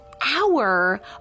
hour